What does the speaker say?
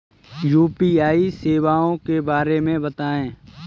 UPI सेवाओं के बारे में बताएँ?